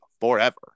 forever